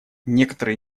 некоторые